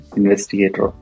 investigator